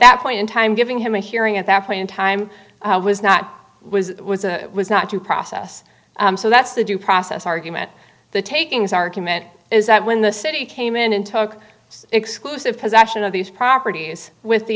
that point in time giving him a hearing at that point in time was not was was a was not due process so that's the due process argument the takings argument is that when the city came in and took exclusive possession of these properties with the